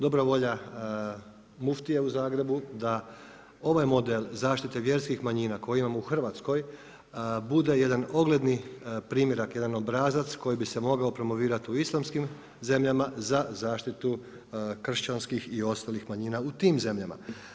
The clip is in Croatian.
Dobra volja muftije u Zagrebu da ovaj model zaštite vjerskih manjina koji imamo u Hrvatskoj bude jedan ogledni primjerak, jedan obrazac koji bi se mogao promovirati u Islamskim zemljama za zaštitu kršćanskih i ostalih manjina u tim zemljama.